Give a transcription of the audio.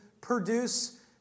produce